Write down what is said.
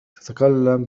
تتكلم